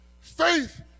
Faith